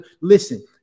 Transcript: Listen